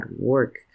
work